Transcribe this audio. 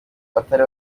batari